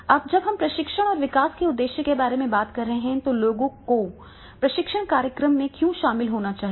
अब जब हम प्रशिक्षण और विकास के उद्देश्य के बारे में बात कर रहे हैं तो लोगों को प्रशिक्षण कार्यक्रम में क्यों शामिल होना चाहिए